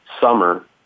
summer